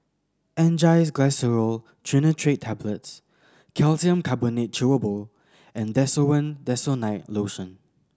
Angised Glyceryl Trinitrate Tablets Calcium Carbonate Chewable and Desowen Desonide Lotion